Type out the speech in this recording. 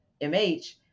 MH